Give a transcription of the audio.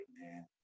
man